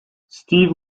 steve